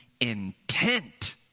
intent